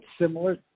similar